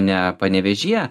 ne panevėžyje